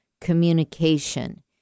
communication